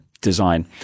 design